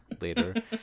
later